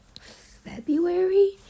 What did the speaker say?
february